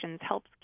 helps